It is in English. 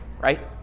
right